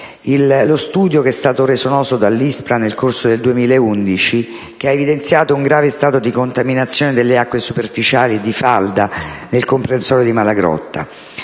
la ricerca ambientale (ISPRA) nel corso del 2011 che ha evidenziato un grave stato di contaminazione delle acque superficiali di falda nel comprensorio di Malagrotta,